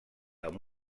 amb